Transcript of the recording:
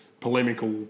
polemical